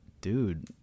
dude